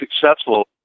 successful